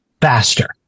faster